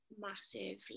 massively